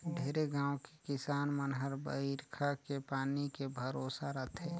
ढेरे गाँव के किसान मन हर बईरखा के पानी के भरोसा रथे